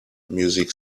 music